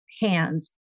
hands